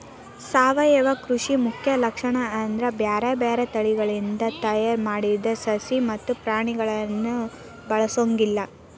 ಸಾವಯವ ಕೃಷಿ ಮುಖ್ಯ ಲಕ್ಷಣ ಅಂದ್ರ ಬ್ಯಾರ್ಬ್ಯಾರೇ ತಳಿಗಳಿಂದ ತಯಾರ್ ಮಾಡಿದ ಸಸಿ ಮತ್ತ ಪ್ರಾಣಿಗಳನ್ನ ಬಳಸೊಂಗಿಲ್ಲ